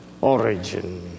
origin